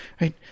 right